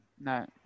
No